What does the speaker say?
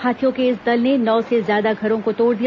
हाथियों के इस दल ने नौ से ज्यादा घरों को तोड़ दिया